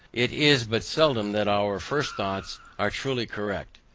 it is but seldom that our first thoughts are truly correct,